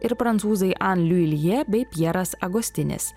ir prancūzai an liuilje bei pjeras agostinis